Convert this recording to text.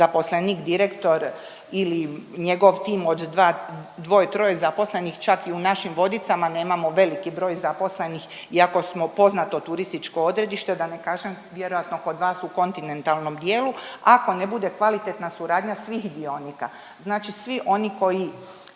zaposlenik, direktom ili njegov tim od dva, dvoje, troje zaposlenih, čak i našim Vodicama nemamo veliki broj zaposlenih iako smo poznato turističko odredište, da ne kažem, vjerojatno kod vas u kontinentalnom dijelu, ako ne bude kvalitetna suradnja svih dionika. Znači svi oni koji